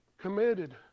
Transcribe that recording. committed